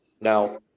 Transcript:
Now